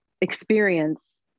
experience